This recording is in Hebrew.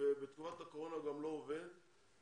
ובתקופת הקורונה גם לא עובד,